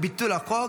ביטול החוק),